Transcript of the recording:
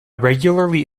regularly